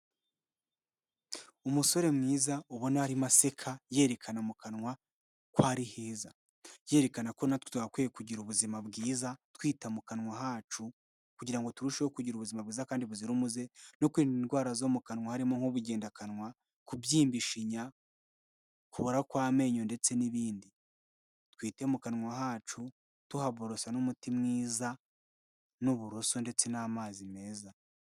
Umusore mwiza ubona arimo aseka yerekana mu kanwa ko ari heza, yerekana ko natwe twagakwiye kugira ubuzima bwiza twita mu kanwa hacu kugira ngo turusheho kugira ubuzima bwiza kandi buzira umuze, no kwirinda indwara zo mu kanwa hari nk'ubugendakanwa, kubyimba ishinya, kubora kw'amenyo ndetse n'ibindi, twite mu kanwa hacu tuhaborosa n'umuti mwiza n'uburoso ndetse n'amazi meza.